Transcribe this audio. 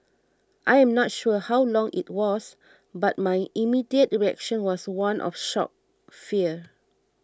I am not sure how long it was but my immediate reaction was one of shock fear